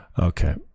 Okay